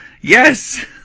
Yes